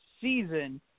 season